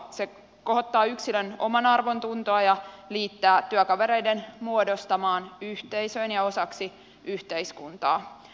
se kohottaa yksilön omanarvontuntoa ja liittää työkavereiden muodostamaan yhteisöön ja osaksi yhteiskuntaa